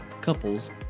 couples